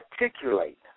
articulate